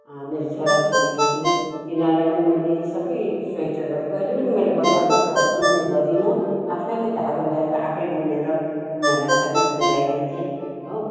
मेरो छोरा छोरी थियो तिनीहरूलाई पनि मैले सबै स्वेटरहरू कहिले पनि मैले बजारबाट किन्ने गरिनँ आफैले धागो ल्याएर आफै बुनेर उनीहरूलाई सबै कुरो लाइदिन्थेँ